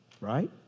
Right